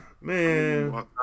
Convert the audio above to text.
man